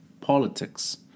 politics